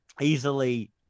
easily